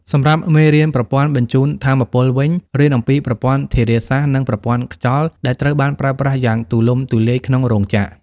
សម្រាប់មេរៀនប្រព័ន្ធបញ្ជូនថាមពលវិញ រៀនអំពីប្រព័ន្ធធារាសាស្ត្រ និងប្រព័ន្ធខ្យល់ ដែលត្រូវបានប្រើប្រាស់យ៉ាងទូលំទូលាយក្នុងរោងចក្រ។